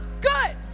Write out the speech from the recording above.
good